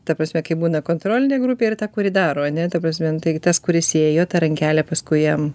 ta prasme kai būna kontrolinė grupė ir ta kuri daro ane ta prasme nu tai tas kuris ėjo ta rankelė paskui jam